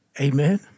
Amen